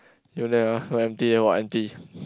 you that one your empty your empty